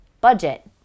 budget